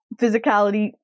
physicality